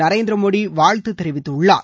நரேந்திர மோடி வாழ்த்து தெரிவித்துள்ளார்